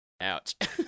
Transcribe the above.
Ouch